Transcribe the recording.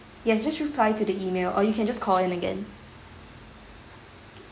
yes just reply to the email or you can just call in again